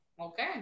Okay